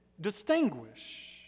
distinguish